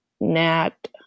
Nat